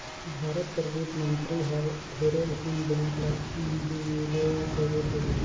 भारत कर बित्त मंतरी हर ढेरे अकन बेंक ल बिले कइर देहिस